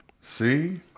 See